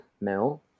Mel